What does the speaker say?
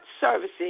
services